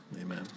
Amen